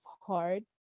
hard